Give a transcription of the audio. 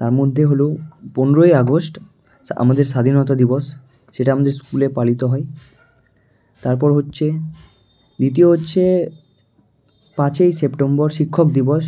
তার মধ্যে হলো পনেরোই আগস্ট সা আমাদের স্বাধীনতা দিবস সেটা আমাদের স্কুলে পালিত হয় তারপর হচ্ছে দ্বিতীয় হচ্ছে পাঁচই সেপ্টেম্বর শিক্ষক দিবস